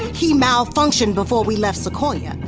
he malfunctioned before we left sequoia.